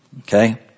Okay